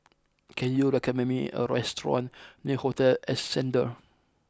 can you recommend me a restaurant near Hotel Ascendere